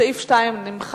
סעיף 2 נמחק.